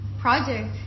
project